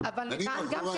שזה בדיוק כמו